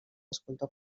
escultor